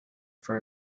for